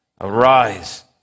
arise